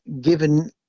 given